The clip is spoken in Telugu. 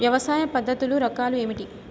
వ్యవసాయ పద్ధతులు రకాలు ఏమిటి?